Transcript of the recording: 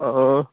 অঁ